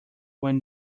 when